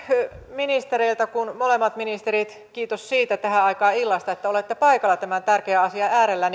ministereiltä siitä kun molemmat ministerit ovat paikalla kiitos siitä että olette paikalla tähän aikaan illasta tämän tärkeän asian äärellä